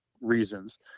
reasons